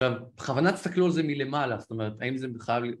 ובכוונה תסתכלו על זה מלמעלה, זאת אומרת, האם זה חייב להיות...